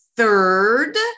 Third